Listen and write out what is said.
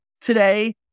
Today